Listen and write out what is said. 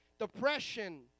Depression